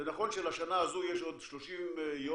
זה נכון שלשנה הזו יש עוד 30 יום,